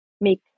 make